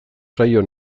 zaio